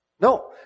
No